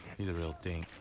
he's a real dink.